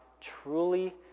truly